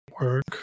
work